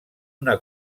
una